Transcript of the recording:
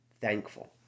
thankful